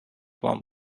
one